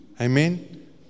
Amen